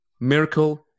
Miracle